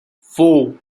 four